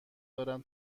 دارم